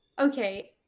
Okay